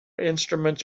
instruments